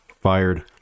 fired